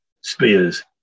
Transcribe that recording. spears